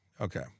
Okay